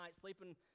sleeping